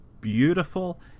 beautiful